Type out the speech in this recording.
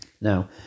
Now